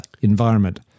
environment